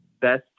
best